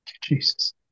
Jesus